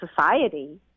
society